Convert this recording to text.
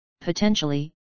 Potentially